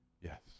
Yes